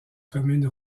commune